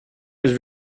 his